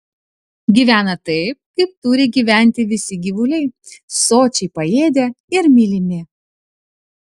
gyvena taip kaip turi gyventi visi gyvuliai sočiai paėdę ir mylimi